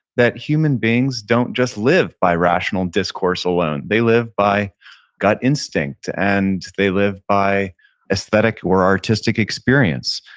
that human beings don't just live by rational discourse alone. they live by gut instinct, and they live by aesthetic or artistic experience.